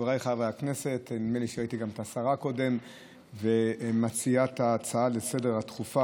שראיתי קודם גם את השרה ומציעת ההצעה הדחופה